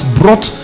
brought